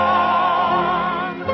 on